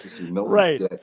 Right